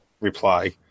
reply